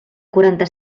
quaranta